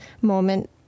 moment